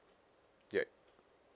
yup